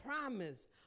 promise